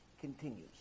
continues